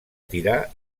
tirà